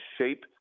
shape